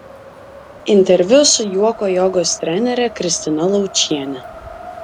interviu su juoko jogos trenere kristina laučiene